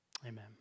amen